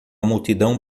multidão